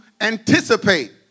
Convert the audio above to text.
anticipate